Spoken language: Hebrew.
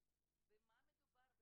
במה מדובר,